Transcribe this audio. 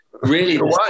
really-